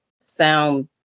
sound